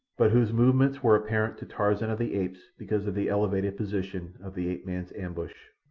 but whose movements were apparent to tarzan of the apes because of the elevated position of the ape-man's ambush.